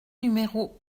numéro